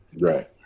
Right